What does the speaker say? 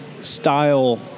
style